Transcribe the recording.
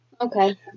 Okay